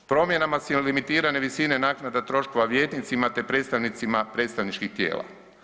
Promjenama su limitirane visine naknada troškova vijećnicima, te predstavnicima predstavničkih tijela.